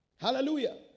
Hallelujah